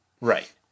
Right